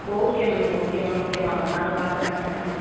okay ma'am okay ma'am இங்கே வாங்க நாங்கள் பார்த்து பண்ணிறோம்